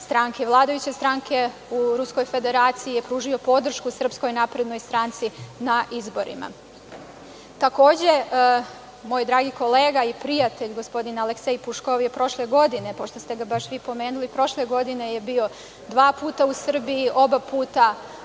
vladajuće stranke u Ruskoj Federaciji, pružio podršku SNS na izborima. Takođe, moj dragi kolega i prijatelj, gospodin Aleksej Puškov je prošle godine, pošto ste ga baš vi pomenuli, prošle godine je bio dva puta u Srbiji. Oba puta na moj